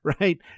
right